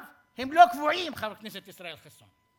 הם לא קבועים, חבר הכנסת ישראל חסון.